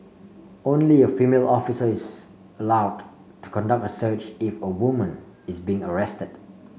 only a female officer is allowed to conduct a search if a woman is being arrested